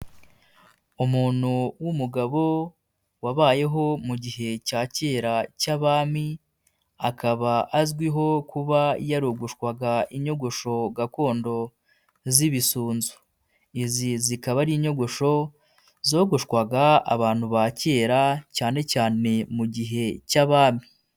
Umuntu w'umugabo wabayeho mu gihe cya kera cy'abami, akaba azwiho kuba yarogoshwaga inyogosho gakondo z'ibisunzu. Izi zikaba ari inyogosho zogoshwaga abantu ba kera cyane cyane mu gihe cy'abami.